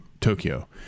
tokyo